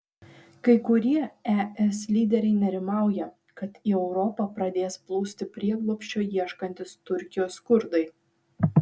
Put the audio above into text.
kai kurie es lyderiai nerimauja kad į europą pradės plūsti prieglobsčio ieškantys turkijos kurdai